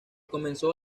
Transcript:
comenzó